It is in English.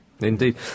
Indeed